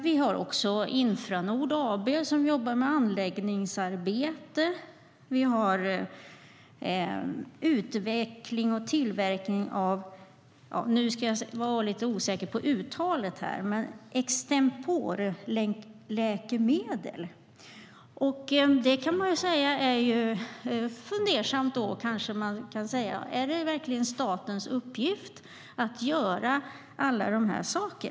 Vi har Infranord AB som jobbar med anläggningsarbete. Vi har också utveckling och tillverkning av extemporeläkemedel. Man kan fundera på om det verkligen är statens uppgift att göra alla dessa saker.